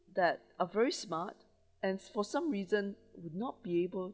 that are very smart and for some reason would not be able